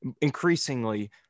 increasingly